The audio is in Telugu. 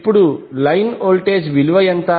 ఇప్పుడు లైన్ వోల్టేజ్ విలువ ఎంత